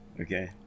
okay